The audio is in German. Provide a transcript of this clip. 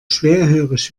schwerhörig